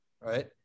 Right